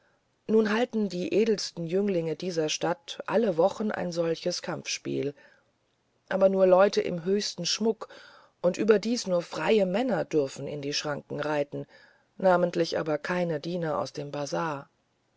nun halten die edelsten jünglinge dieser stadt alle wochen ein solches kampfspiel aber nur leute im höchsten schmuck und überdies nur freie männer dürfen in die schranken reiten namentlich aber kein diener aus dem bazar